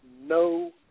no